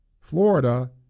Florida